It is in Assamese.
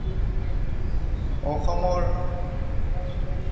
অসমৰ